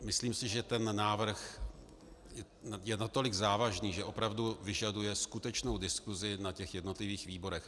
Myslím si, že ten návrh je natolik závažný, že opravdu vyžaduje skutečnou diskusi na jednotlivých výborech.